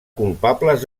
culpables